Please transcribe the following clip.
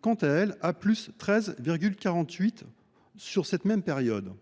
quant à elle, à +13,48 sur cette même période.